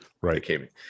Right